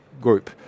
group